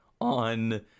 on